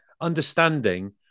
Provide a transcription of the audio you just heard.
understanding